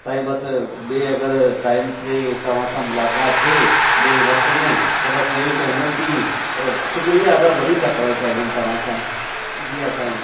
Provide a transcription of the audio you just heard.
साईं बसि ॿिए अगरि टाइम ते तव्हां सां मुलाक़ाति थिए ॿिए वक़्ति में त बसि इहो ई चवंदुमि कि शुक्रिया अदा वरी सां करणु चाहींदुमि तव्हां सां जी हा साईं